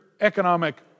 economic